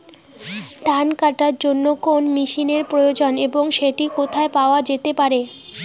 ধান কাটার জন্য কোন মেশিনের প্রয়োজন এবং সেটি কোথায় পাওয়া যেতে পারে?